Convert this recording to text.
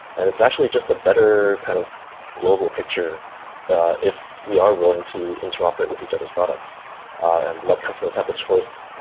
and it's actually just a better kind of global picture ah if we are willing interoperate with each other s products and let customers have the choice.